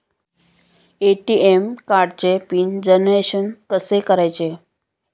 ATM कार्डचे PIN generation कसे करायचे?